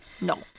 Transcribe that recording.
No